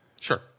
Sure